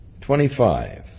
Twenty-five